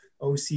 OC